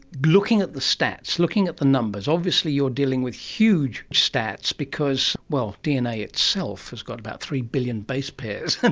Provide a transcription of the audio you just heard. looking at the stats, looking at the numbers, obviously you're dealing with huge stats because, well, dna itself has got about three billion base pairs,